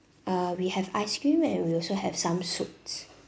uh we have ice cream and we also have some soup